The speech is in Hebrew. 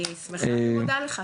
אני שמחה ומודה לך.